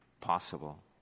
possible